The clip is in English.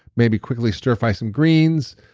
maybe quickly stir fry some greens,